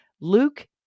Luke